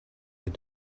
had